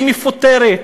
היא מפוטרת.